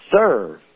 serve